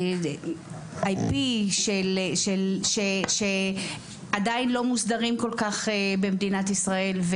נושאים של IP שעדיין לא מוסדרים כל כך במדינת ישראל.